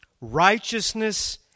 righteousness